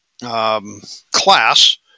class